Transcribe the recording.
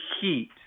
heat